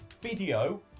video